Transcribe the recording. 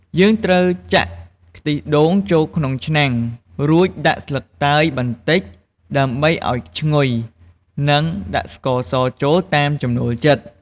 យើងត្រូវចាក់ខ្ទិះដូងចូលក្នុងឆ្នាំង រួចដាក់ស្លឹកតើយបន្តិចដើម្បីឱ្យឈ្ងុយ និងដាក់ស្ករសចូលតាមចំណូលចិត្ត។